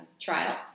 trial